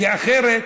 כי אחרת,